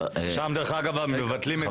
שם, דרך אגב, מבטלים את זה.